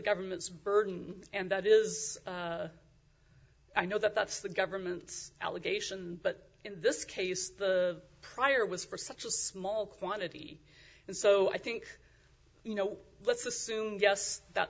government's burden and that is i know that that's the government's allegation but in this case the prior was for such a small quantity and so i think you know let's assume just that